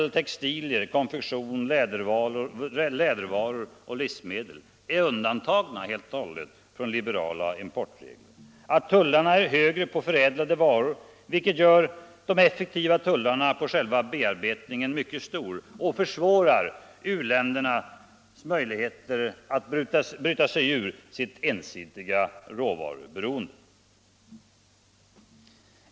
textilier, konfektion, lädervaror och livsmedel, är helt undantagna från liberala importregler; att tullarna är högre på förädlade varor, vilket gör de effektiva tullarna på själva bearbetningen mycket stora och försämrar u-ländernas möjligheter att bryta sig ur sitt ensidiga råvaruberoende.